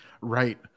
Right